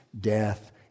death